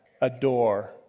adore